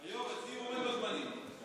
אצלי הוא עומד בזמנים.